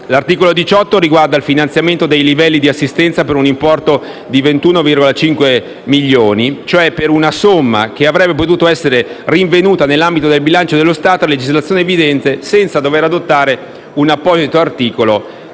L'articolo 18 riguarda il finanziamento dei livelli di assistenza per un importo di 21,5 milioni, cioè per una somma che avrebbe potuto essere rinvenuta nell'ambito del bilancio dello Stato a legislazione vigente senza dovere adottare un apposito articolo